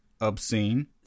obscene